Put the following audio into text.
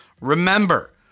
Remember